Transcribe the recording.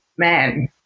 man